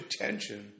attention